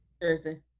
Thursday